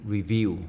Review